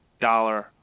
dollar